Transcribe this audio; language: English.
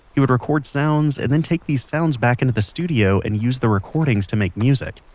he would record sounds and then take these sounds back into the studio and use the recordings to make music.